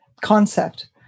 concept